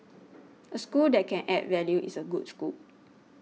a school that can add value is a good school